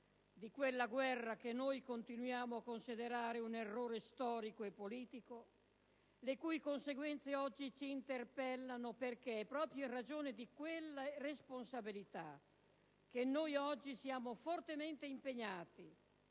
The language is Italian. di quella guerra che noi continuiamo a considerare un errore storico e politico, le cui conseguenze oggi ci interpellano perché è proprio in ragione di quelle responsabilità che noi oggi siamo fortemente impegnati